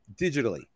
digitally